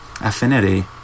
Affinity